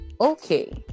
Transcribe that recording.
okay